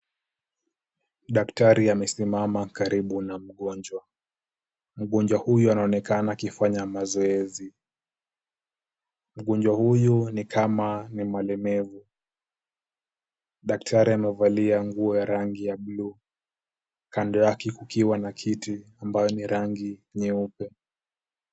Daktari amesimama karibu na mgonjwa. Mgonjwa huyu anaonekana akifanya mazoezi. Mgonjwa huyu ni kama ni mlemavu. Daktari amevalia nguo ya rangi ya blue , kando yake kukiwa na kiti ambayo ni rangi nyeupe.